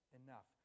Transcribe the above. enough